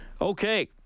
Okay